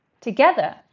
Together